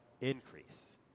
increase